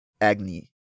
Agni